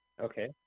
Okay